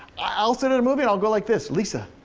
i'll sit at a movie, i'll go like this, lisa,